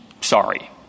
sorry